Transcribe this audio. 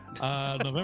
November